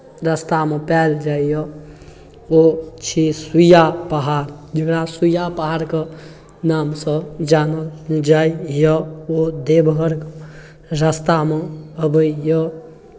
रास्तामे पायल जाइए ओ छी सुइआ पहाड़ जकरा सुइआ पहाड़के नामसँ जानल जाइए ओ देवघर रास्तामे अबैए